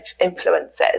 influences